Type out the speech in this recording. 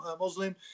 Muslim